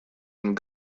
and